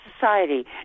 society